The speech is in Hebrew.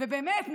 ובאמת,